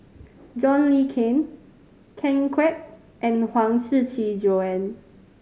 John Le Cain Ken Kwek and Huang Shiqi Joan